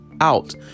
out